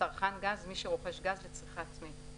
"צרכן גז" מי שרוכש גז לצריכה עצמית;